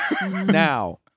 Now